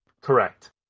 Correct